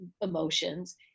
emotions